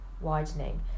widening